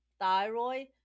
thyroid